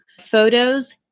photos